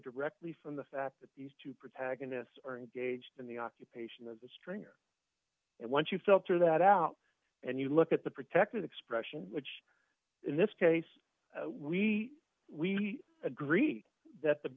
directly from the fact that these two protectionists are engaged in the occupation as a stringer and once you filter that out and you look at the protected expression which in this case we we agree that